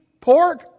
pork